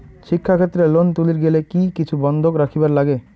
শিক্ষাক্ষেত্রে লোন তুলির গেলে কি কিছু বন্ধক রাখিবার লাগে?